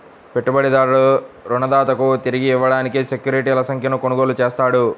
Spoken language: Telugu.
పెట్టుబడిదారుడు రుణదాతకు తిరిగి ఇవ్వడానికి సెక్యూరిటీల సంఖ్యను కొనుగోలు చేస్తాడు